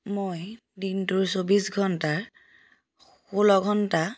মই দিনটোৰ চৌবিছ ঘণ্টাৰ ষোল্ল ঘণ্টা